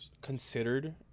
considered